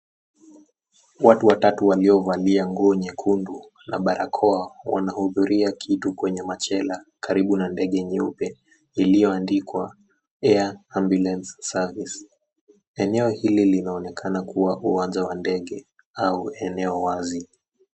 Watu watatu waliovalia nguo nyekundu na barakoa wanahudulia kitu kwenye machela karibu na ndege nyeupe iliyoandikwa Air Ambulance Service. Eneo hili linaonekana kuwa uwanja wa ndege au eneo wazi.